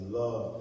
love